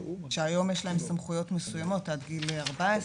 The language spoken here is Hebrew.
שהיום יש להם סמכויות מסוימות עד גיל 14,